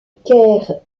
caire